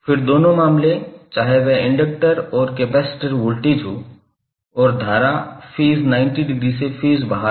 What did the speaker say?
फिर दोनों मामले चाहे वह इंडक्टर और कपैसिटर वोल्टेज हो और धारा चरण 90 डिग्री से फेज़ बाहर हो